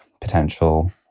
potential